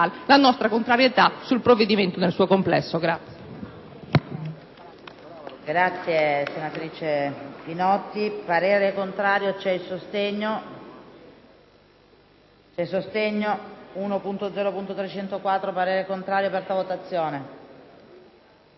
la nostra contrarietà al provvedimento nel suo complesso.